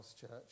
church